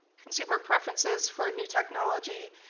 consumer preferences for new technology.